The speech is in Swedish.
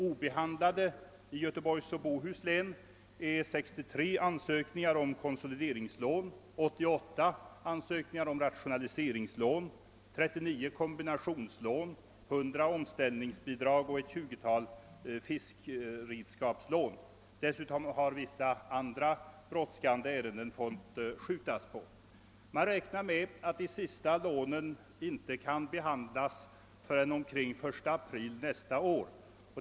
Obehandlade i Göteborgsoch Bohus län är 63 ansökningar om konsolideringslån, 88 ansökningar om rationaliseringslån, 39 om kombinationslån, 100 om omställningsbidrag och ett 20-tal om fiskredskapslån. Dessutom har man fått skjuta på vissa andra brådskande ärenden. Man räknar med att de sista lånen inte kan hinna behandlas förrän omkring 1 april nästa år.